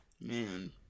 man